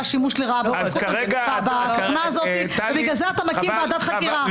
היה שימוש לרעה בתוכנה הזו ובגלל זה אתה מקים ועדת חקירה.